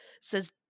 says